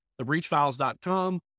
thebreachfiles.com